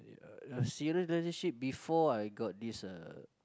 a serious relationship before I got this uh